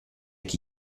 chi